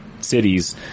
cities